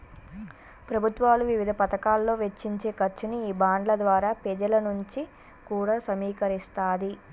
ప్రభుత్వాలు వివిధ పతకాలలో వెచ్చించే ఖర్చుని ఈ బాండ్ల ద్వారా పెజల నుంచి కూడా సమీకరిస్తాది